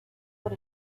por